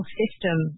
system